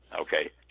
Okay